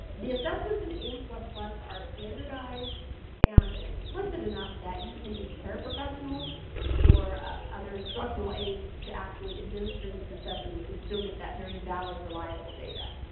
the assessments in aimswebplus are standardized and explicit enough that you can use paraprofessionals or other instructional aides to actually administer these assessments and still get that very valid reliable data.